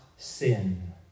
Sin